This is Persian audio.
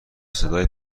صدای